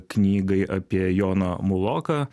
knygai apie joną muloką